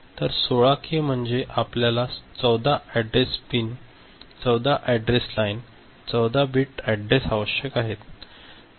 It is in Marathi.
तर 16 के म्हणजे आपल्याला 14 address pin 14 address line 14 bit address आवश्यक आहेत